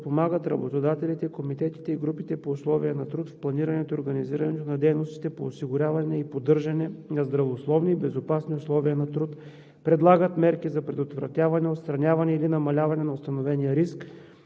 подпомагат работодателите, комитетите и групите по условия на труд в планирането и организирането на дейностите по осигуряване и поддържане на здравословни и безопасни условия на труд, предлагат мерки за предотвратяване, отстраняване или намаляване на установения риск,